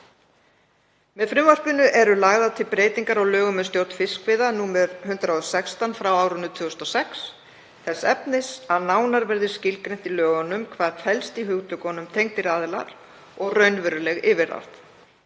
Með frumvarpinu eru lagðar til breytingar á lögum um stjórn fiskveiða, nr. 116, frá árinu 2006, þess efnis að nánar verði skilgreint í lögunum hvað felst í hugtökunum tengdir aðilar og raunveruleg yfirráð.